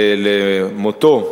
מותו,